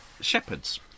shepherds